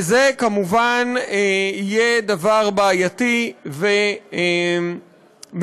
וזה כמובן יהיה דבר בעייתי ומזיק.